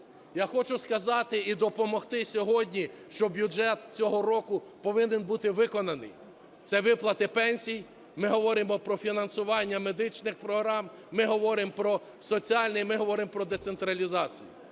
Я хочу сказати і допомогти сьогодні, що бюджет цього року повинен бути виконаний. Це виплати пенсій, ми говоримо про фінансування медичних програм, ми говоримо про соціальний, ми говоримо про децентралізацію.